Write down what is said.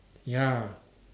ya